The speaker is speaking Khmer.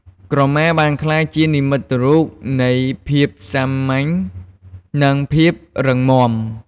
ក្រមាបានក្លាយជានិមិត្តរូបនៃភាពសាមញ្ញ និងភាពរឹងមាំ។